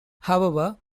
however